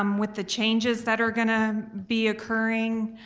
um with the changes that are gonna be occurring,